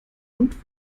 und